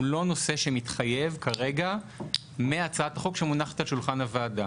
הוא לא נושא שמתחייב כרגע מהצעת חוק שמונחת על שולחן הוועדה.